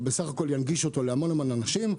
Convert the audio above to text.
הוא בסך הכול ינגיש אותו להמון אנשים.